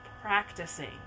practicing